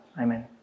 Amen